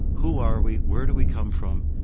who are we? where do we come from?